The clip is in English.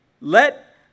let